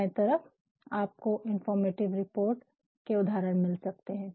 दाएं तरफ आपको इन्फोर्मटिव रिपोर्ट के उदाहरण मिल सकते है